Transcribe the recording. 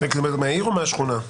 שני קילומטר מהעיר או מהשכונה?